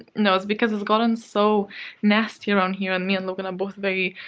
no, it's because it's gotten so nasty around here and me and logan are both very